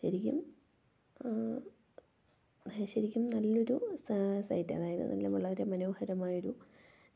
ശരിക്കും ശരിക്കും നല്ലൊരു സൈറ്റ് അതായത് നല്ല വളരെ മനോഹരമായൊരു